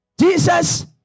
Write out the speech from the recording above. Jesus